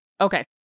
okay